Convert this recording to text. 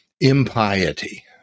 impiety